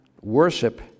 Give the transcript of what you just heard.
Worship